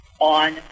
on